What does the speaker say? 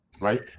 right